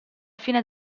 fine